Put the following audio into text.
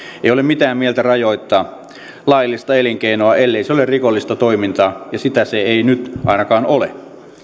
ei ole mitään mieltä rajoittaa laillista elinkeinoa ellei se ole rikollista toimintaa ja sitä se ei nyt ainakaan ole